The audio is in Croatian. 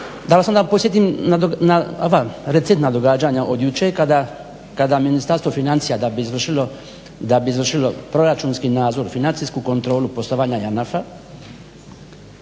da vas onda podsjetim na van recedna događanja od jučer kada Ministarstvo financija da bi izvršilo proračunski nadzor, financijsku kontrolu poslovanja JANAF-a